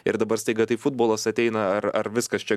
ir dabar staiga tai futbolas ateina ar ar viskas čia